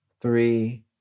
three